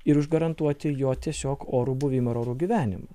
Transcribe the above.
ir užgarantuoti jo tiesiog orų buvimą ir orų gyvenimą